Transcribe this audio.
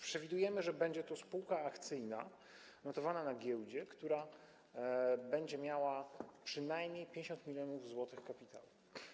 Przewidujemy, że będzie to spółka akcyjna notowana na giełdzie, która będzie miała przynajmniej 50 mln zł kapitału.